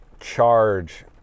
charge